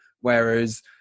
Whereas